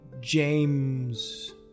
James